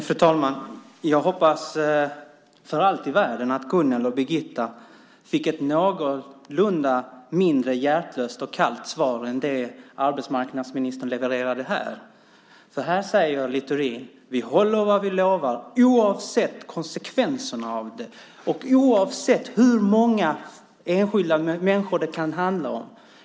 Fru talman! Jag hoppas för allt i världen att Gunnel och Birgitta fick ett någorlunda mindre hjärtlöst och kallt svar än det som arbetsmarknadsministern levererade här. Här säger Littorin: Vi håller vad vi lovar oavsett konsekvenserna av det och oavsett hur många enskilda människor det kan handla om.